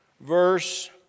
verse